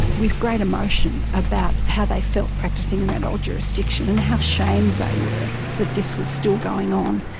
with great emotion about how they felt practising in that old jurisdiction and how shamed they were that this was still going on.